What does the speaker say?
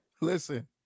Listen